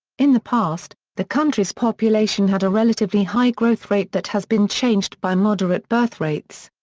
in the past, the country's population had a relatively high growth rate that has been changed by moderate birth rates.